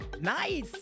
Nice